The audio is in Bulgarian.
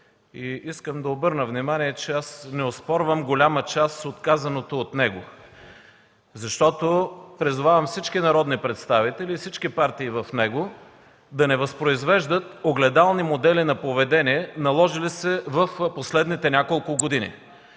Искам да обърна внимание, че аз не оспорвам голяма част на казаното от него. Призовавам всички народни представители и всички парламентарни групи в Народното събрание да не възпроизвеждат огледални модели на поведение, наложили се в последните няколко години